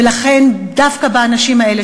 ולכן דווקא לאנשים האלה,